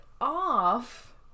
off